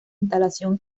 instalación